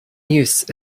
use